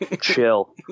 Chill